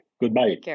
Goodbye